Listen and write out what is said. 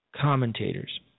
commentators